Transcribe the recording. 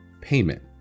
payment